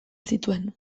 zituen